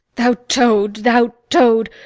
thou toad, thou toad,